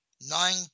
Nine